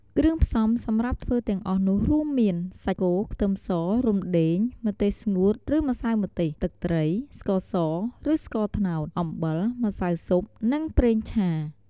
គ្រឿងផ្សំសម្រាប់ធ្វើទាំងអស់នោះរួមមាន សាច់គោ ខ្ទឹមស រំដេង ម្ទេសស្ងួតឬម្សៅម្ទេស ទឹកត្រី ស្ករសឬស្ករត្នោត អំបិល ម្សៅស៊ុប និងប្រេងឆា។